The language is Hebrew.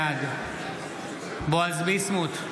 בעד בועז ביסמוט,